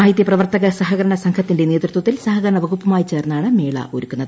സാഹിത്യ പ്രവർത്തക സഹകരണ സംഘത്തിന്റെ നേതൃത്വത്തിൽ സഹകരണവകുപ്പുമായി ചേർന്നാണ് മേള ഒരുക്കുന്നത്